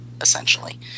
essentially